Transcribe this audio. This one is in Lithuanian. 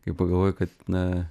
kai pagalvoju kad na